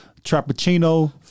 Trappuccino